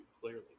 clearly